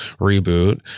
reboot